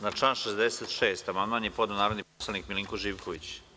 Na član 66. amandman je podneo narodni poslanik Milinko Živković.